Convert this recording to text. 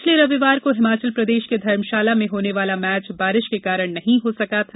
पिछले रविवार को हिमाचल प्रदेश के धर्मशाला में होने वाला मैच बारिश के कारण नहीं हो सका था